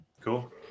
Cool